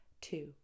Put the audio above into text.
two